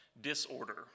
Disorder